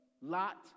Lot